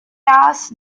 asks